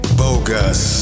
bogus